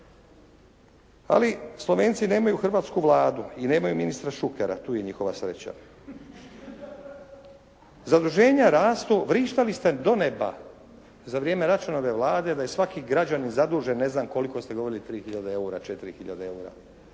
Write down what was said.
Ali, Slovenci nemaju hrvatsku Vladu i nemaju ministra Šukera, tu je njihova sreća. Zaduženja rastu, vrištali ste do neba za vrijeme Račanove vlade da je svaki građanin zadužen, ne znam koliko ste govorili 3 tisuće eura,